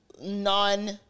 non